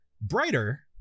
brighter